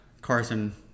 Carson